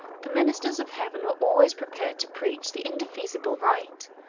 the ministers of heaven were always prepared to preach the indefeasible right,